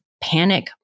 panic